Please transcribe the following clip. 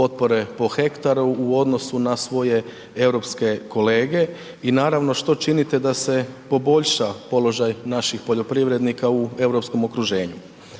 potpore po hektaru u odnosu na svoje europske kolege i naravno, što činite da se poboljša položaj naših poljoprivrednika u europskom okruženju.